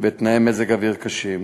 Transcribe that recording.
ותנאי מזג אוויר קשים.